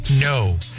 no